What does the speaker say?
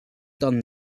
done